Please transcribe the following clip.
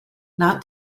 not